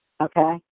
Okay